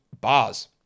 Bars